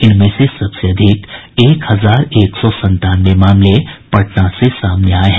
इनमें से सबसे अधिक एक हजार एक सौ संतानवे मामले पटना से सामने आए हैं